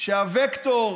שהווקטור